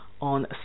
on